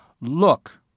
Look